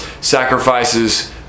sacrifices